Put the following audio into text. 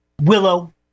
Willow